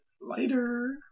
later